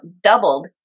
doubled